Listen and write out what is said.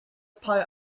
pie